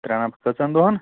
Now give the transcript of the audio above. ترٛےٚ نَف کٔژَن دۄہن